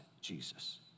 Jesus